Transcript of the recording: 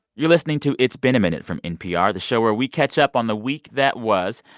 you're listening to it's been a minute from npr, the show where we catch up on the week that was.